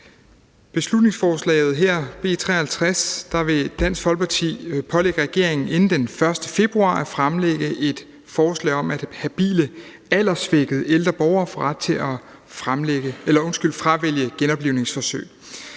beslutningsforslaget her, B 53, vil Dansk Folkeparti pålægge regeringen inden den 1. februar at fremsætte et lovforslag om, at habile alderssvækkede ældre borgere får ret til at fravælge genoplivningsforsøg.